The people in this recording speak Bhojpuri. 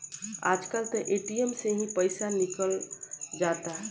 आज कल त ए.टी.एम से ही पईसा निकल जाता